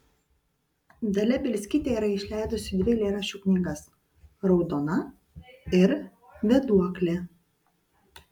dalia bielskytė yra išleidusi dvi eilėraščių knygas raudona ir vėduoklė